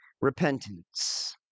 repentance